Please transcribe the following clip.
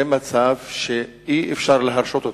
זה מצב שאי-אפשר להרשות אותו.